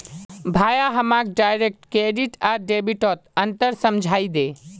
भाया हमाक direct credit आर डेबिटत अंतर समझइ दे